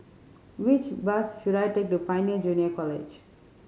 which bus should I take to Pioneer Junior College